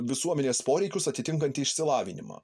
visuomenės poreikius atitinkantį išsilavinimą